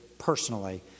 personally